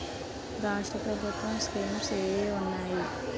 రాష్ట్రం ప్రభుత్వ స్కీమ్స్ ఎం ఎం ఉన్నాయి?